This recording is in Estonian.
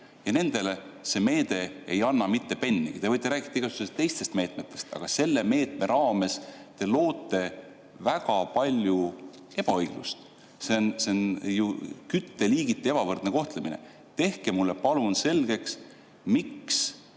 anna see meede mitte pennigi. Te võite rääkida igasugustest teistest meetmetest, aga selle meetme raames te loote väga palju ebaõiglust. See on ju kütteliigiti ebavõrdne kohtlemine. Tehke mulle palun selgeks, miks